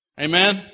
Amen